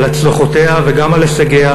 על הצלחותיה וגם על הישגיה,